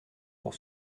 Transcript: pour